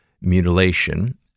mutilation